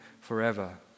forever